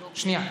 שנייה.